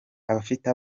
afite